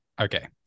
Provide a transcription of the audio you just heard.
okay